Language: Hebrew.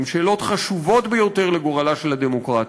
הן שאלות חשובות ביותר לגורלה של הדמוקרטיה.